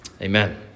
Amen